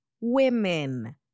women